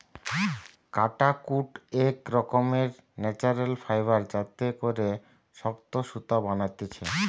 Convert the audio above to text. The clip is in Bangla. কাটাকুট এক রকমের ন্যাচারাল ফাইবার যাতে করে শক্ত সুতা বানাতিছে